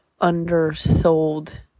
undersold